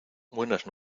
buenas